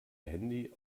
handy